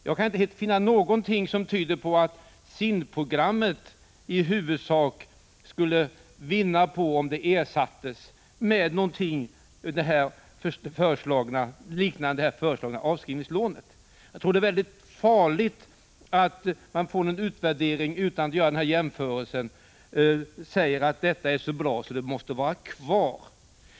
Jag kan inte finna någonting som tyder på att SIND-programmet skulle vara bättre än det föreslagna avskrivningslånet. Det är farligt att göra en utvärdering utan att göra jämförelser och säga att detta är så bra att det måste behållas.